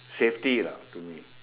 safety lah to me